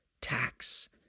tax